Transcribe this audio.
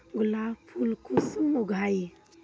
गुलाब फुल कुंसम उगाही?